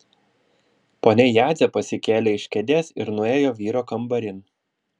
ponia jadzė pasikėlė iš kėdės ir nuėjo vyro kambarin